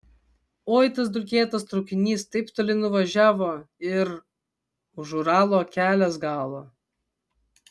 oi tas dulkėtas traukinys taip toli nuvažiavo ir už uralo kelias galo